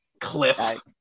cliff